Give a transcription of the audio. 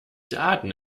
daten